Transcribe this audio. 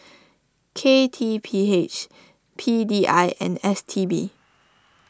K T P H P D I and S T B